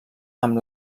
amb